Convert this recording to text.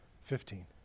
Fifteen